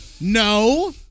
no